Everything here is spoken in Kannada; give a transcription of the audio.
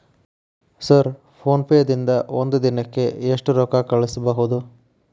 ಸರ್ ಫೋನ್ ಪೇ ದಿಂದ ಒಂದು ದಿನಕ್ಕೆ ಎಷ್ಟು ರೊಕ್ಕಾ ಕಳಿಸಬಹುದು?